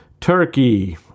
Turkey